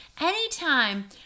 Anytime